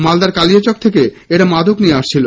মালদার কালিয়াচক থেকে এরা মাদক নিয়ে আসছিল